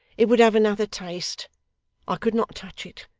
it would have another taste i could not touch it.